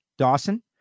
Dawson